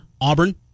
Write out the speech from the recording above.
Auburn